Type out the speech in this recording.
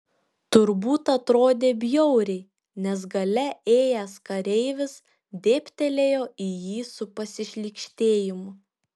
turbūt atrodė bjauriai nes gale ėjęs kareivis dėbtelėjo į jį su pasišlykštėjimu